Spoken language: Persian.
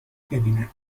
ببینن